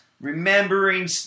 remembering